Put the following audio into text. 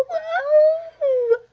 oh.